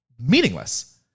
meaningless